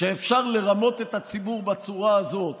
שאפשר לרמות את הציבור בצורה הזאת